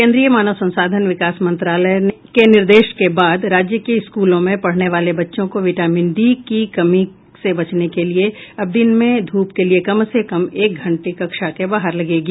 केन्द्रीय मानव संसाधन विकास मंत्रालय के निर्देश के बाद राज्य के स्कूलों में पढ़ने वाले बच्चों को विटामिन डी की कमी से बचाने के लिए अब दिन में धूप के लिए कम से कम एक घंटी कक्षा के बाहर लगेगी